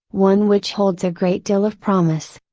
one which holds a great deal of promise.